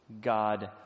God